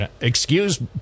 excuse